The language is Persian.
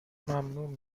ممنوع